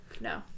No